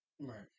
Right